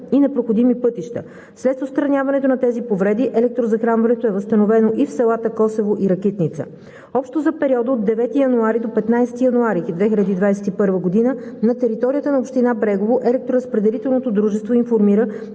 и непроходими пътища. След отстраняването на тези повреди електрозахранването е възстановено в селата Косово и Ракитница. За периода от 9 до 15 януари 2021 г. на територията на община Брегово електроразпределителното дружество информира,